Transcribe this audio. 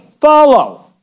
follow